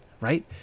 right